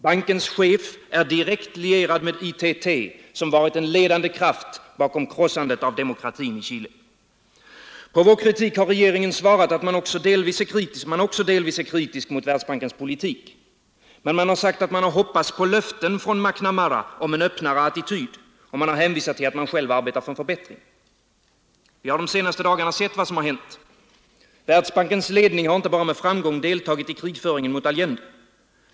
Bankens chef är direkt lierad med ITT, som har varit en ledande kraft bakom demokratins krossande i Chile. På vår kritik har regeringen svarat att man också är delvis kritisk mot Världsbankens politik. Men man har hoppats på löften från McNamara om en öppnare attityd, och man har hänvisat till att man själv arbetar för en förbättring. Vi har de senaste dagarna sett vad som hänt. Världsbankens ledning har inte bara med framgång deltagit i krigföringen mot Allende.